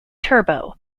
turbo